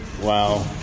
Wow